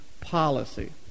policy